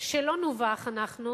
לא נובך, אנחנו,